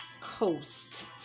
Coast